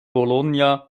bologna